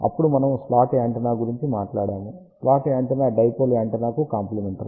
అప్పుడు మనము slot antenna గురించి మాట్లాడాము స్లాట్ యాంటెన్నా డైపోల్ యాంటెన్నాకు కాంప్లిమెంటరీ